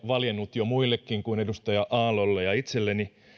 valjennut jo muillekin kuin edustaja aallolle ja itselleni